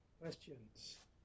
Questions